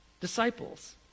disciples